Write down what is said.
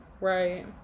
Right